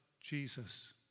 jesus